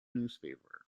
newspaper